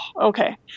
Okay